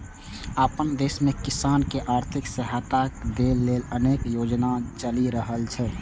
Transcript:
अपना देश मे किसान कें आर्थिक सहायता दै लेल अनेक योजना चलि रहल छै